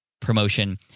promotion